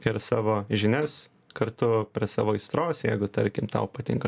ir savo žinias kartu prie savo aistros jeigu tarkim tau patinka